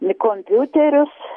į kompiuterius